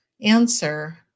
answer